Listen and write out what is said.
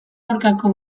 aurkako